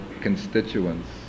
constituents